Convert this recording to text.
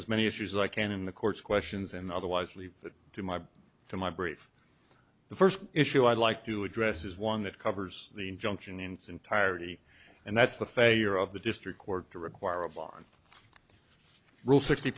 as many issues i can in the court's questions and otherwise leave that to my to my brief the first issue i'd like to address is one that covers the injunction in its entirety and that's the failure of the district court to require a bond rule sixty